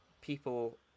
people